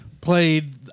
played